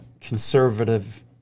conservative